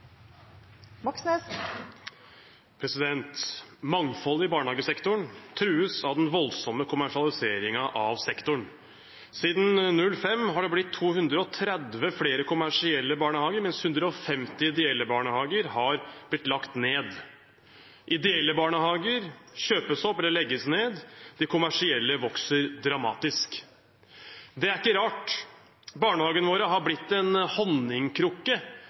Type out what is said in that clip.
den voldsomme kommersialiseringen av sektoren. Siden 2005 har det blitt 230 flere kommersielle barnehager, mens 150 ideelle barnehager har blitt lagt ned. Ideelle barnehager kjøpes opp eller legges ned, de kommersielle vokser dramatisk. Det er ikke rart. Barnehagene våre har blitt en